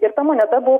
ir ta moneta buvo